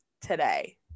today